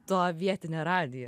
tą vietinę radiją